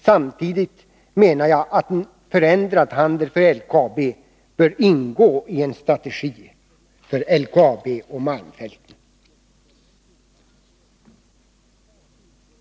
Samtidigt menar jag att en förändrad handel för LKAB bör ingå i en strategi för LKAB och malmfälten.